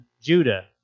Judah